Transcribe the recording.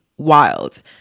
wild